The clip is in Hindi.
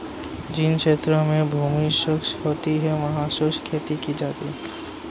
जिन क्षेत्रों में भूमि शुष्क होती है वहां शुष्क खेती की जाती है